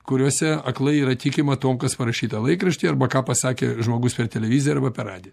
kuriose aklai yra tikima tuom kas parašyta laikraštyje arba ką pasakė žmogus per televiziją arba per radiją